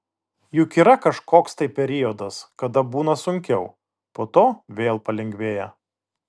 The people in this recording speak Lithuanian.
juk yra kažkoks tai periodas kada būna sunkiau po to vėl palengvėja